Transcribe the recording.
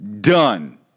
done